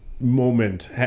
moment